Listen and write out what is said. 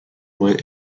went